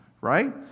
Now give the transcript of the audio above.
right